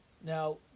Now